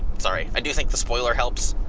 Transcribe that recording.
sorry, i do think the spoiler helps,